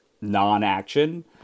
non-action